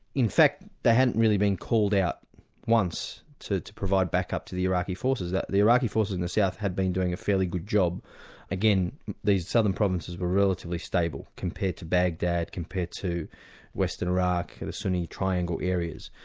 in fact they hadn't really been called out once to to provide backup to the iraqi forces. the iraqi forces in the south had been doing a fairly good job again these southern provinces were relatively stable compared to baghdad, compared to western iraqi, the sunni triangle areas.